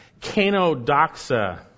Canodoxa